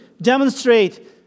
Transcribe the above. demonstrate